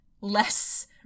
less